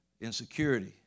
insecurity